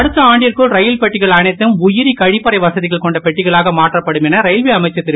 அடுத்த ஆண்டிற்குள் ரயில் பெட்டிகள் அனைத்தும் உயிரி கழிப்பறை வசதி கொண்ட பெட்டிகளாக மாற்றப்படும் என ரயில்வே அமைச்சர் திரு